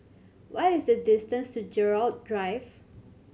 what is the distance to Gerald Drive